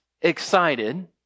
excited